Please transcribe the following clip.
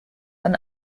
than